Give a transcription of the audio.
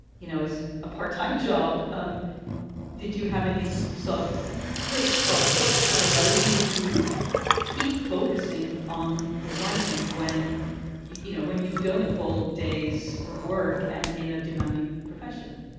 you know, is a part time job. um did you have any so sort of tricks or tips that allowed you to keep focusing on your writing when you you know, when you don't a full day's work and in a demanding profession?